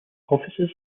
offices